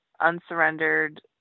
unsurrendered